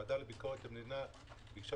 הוועדה לענייני ביקורת המדינה ביקשה